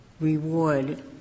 reward